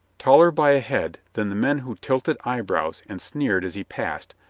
taller by a head than the men who tilted eyebrows and sneered as he passed,